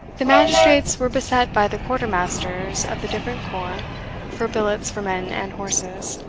the magistrates were beset by the quarter-masters of the different corps for billets for men and horses.